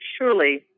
surely